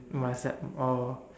WhatsApp or